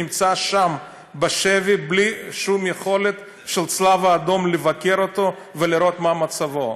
נמצאים שם בשבי בלי שום יכולת של הצלב האדום לבקר אותם לראות מה מצבם.